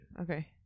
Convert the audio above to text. Okay